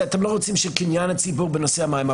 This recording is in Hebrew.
אתם לא רוצים שקניין הציבור בנושא המים,